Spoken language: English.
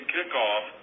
Kickoff